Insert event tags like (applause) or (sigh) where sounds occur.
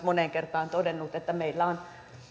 (unintelligible) moneen kertaan todenneet että meillä on